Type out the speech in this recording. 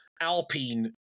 Alpine